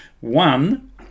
One